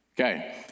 Okay